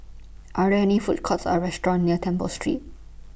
Are really Food Courts Or restaurants near Temple Street